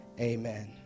amen